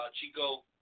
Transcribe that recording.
Chico